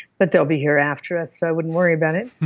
but they'll be here after us so i wouldn't worry about it,